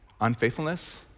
unfaithfulness